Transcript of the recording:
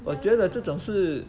我觉得这种是